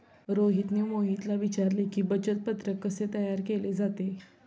रोहितने मोहितला विचारले की, बचत पत्रक कसे तयार केले जाते?